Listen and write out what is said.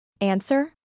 Answer